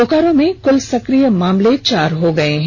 बोकारो में कुल सक्रिय मामले चार हो गए हैं